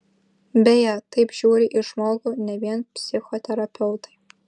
beje taip žiūri į žmogų ne vien psichoterapeutai